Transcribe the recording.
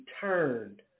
turned